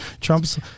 Trump's